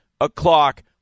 o'clock